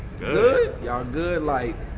good? y'all good like?